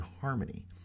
harmony